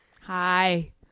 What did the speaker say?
Hi